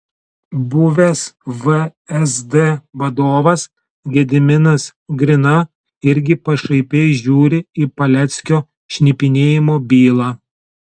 buvęs vsd vadovas gediminas grina irgi pašaipiai žiūri į paleckio šnipinėjimo bylą